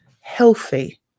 healthy